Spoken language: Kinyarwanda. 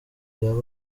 yaba